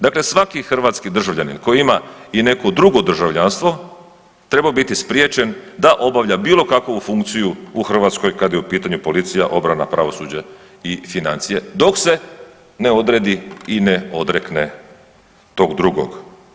Dakle, svaki hrvatski državljanin koji ima i neko drugo državljanstvo treba biti spriječen da obavlja bilo kakvu funkciju u Hrvatskoj kad je u pitanju policija, obrana, pravosuđe i financije dok se ne odredi i ne odrekne tog drugog.